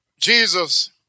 Jesus